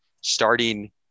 Starting